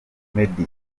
meddy